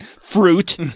fruit